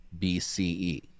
BCE